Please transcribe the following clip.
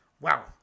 Wow